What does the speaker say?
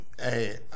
hey